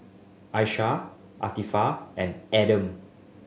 Ishak and Adam